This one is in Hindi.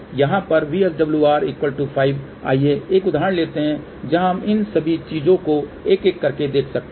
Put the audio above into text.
यहाँ पर VSWR 5 आइए एक उदाहरण लेते हैं जहाँ हम इन सभी चीजों को एक एक करके देख सकते हैं